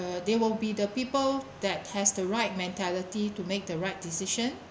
uh they will be the people that has the right mentality to make the right decision